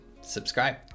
subscribe